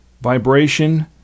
vibration